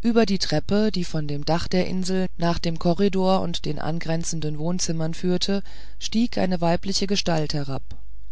über die treppe die von dem dach der insel nach dem korridor und den angrenzenden wohnzimmern führte stieg eine weibliche gestalt herab